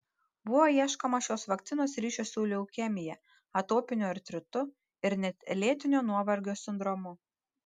buvo ieškoma šios vakcinos ryšio su leukemija atopiniu artritu ir net lėtinio nuovargio sindromu